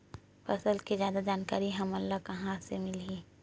फसल के जादा जानकारी हमला कहां ले मिलही?